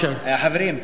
היושב-ראש, חברים,